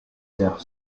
dire